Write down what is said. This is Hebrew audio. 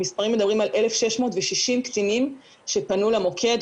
המספרים מדברים על 1,660 קטינים שפנו למוקד,